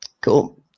Cool